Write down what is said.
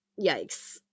yikes